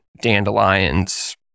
dandelions